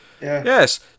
Yes